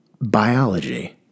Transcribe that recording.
Biology